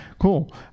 Cool